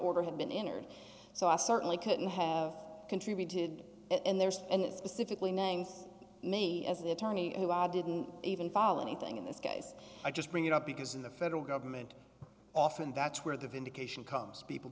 order had been entered so i certainly couldn't have contributed in theirs and specifically names me as the attorney who are didn't even follow anything in this case i just bring it up because in the federal government often that's where the vindication comes people